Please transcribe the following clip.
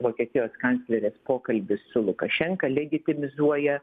vokietijos kanclerės pokalbis su lukašenka legitimizuoja